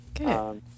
Okay